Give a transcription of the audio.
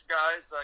guys